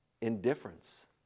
indifference